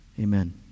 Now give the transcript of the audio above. Amen